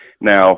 Now